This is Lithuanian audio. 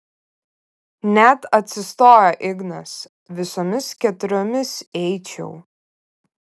net atsistojo ignas visomis keturiomis eičiau